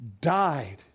died